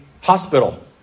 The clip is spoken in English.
hospital